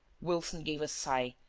wilson gave a sigh,